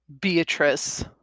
beatrice